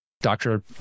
doctor